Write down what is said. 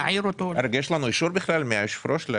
רגע, יש לנו אישור בכלל מיושב הראש?